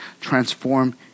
transform